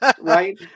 Right